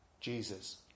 Jesus